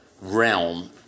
realm